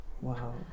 Wow